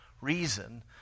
reason